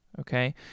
okay